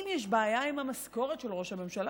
אבל אם יש בעיה עם המשכורת של ראש הממשלה,